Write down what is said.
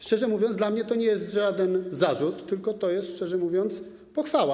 Szczerze mówiąc, dla mnie to nie jest żaden zarzut, tylko to jest, szczerze mówiąc, pochwała.